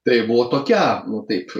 tai buvo tokia nu taip